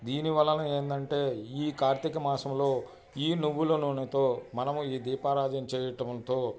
దీనివలన ఏంటంటే ఈ కార్తీక మాసంలో ఈ నువ్వుల నూనెతో మనము ఈ దీపారాజన చేయటంతో